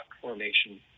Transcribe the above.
formation